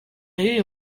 y’uyu